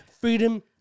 Freedom